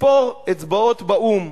לספור אצבעות באו"ם.